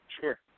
Sure